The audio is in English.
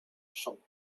some